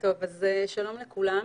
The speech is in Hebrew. שלום לכולם.